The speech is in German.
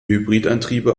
hybridantriebe